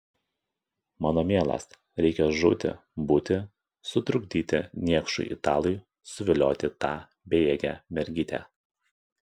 mano mielas reikia žūti būti sutrukdyti niekšui italui suvilioti tą bejėgę mergytę